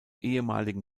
ehemaligen